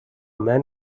man